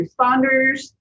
responders